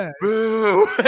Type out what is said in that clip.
boo